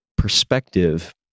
perspective